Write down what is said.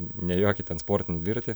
ne jokį ten sportinį dviratį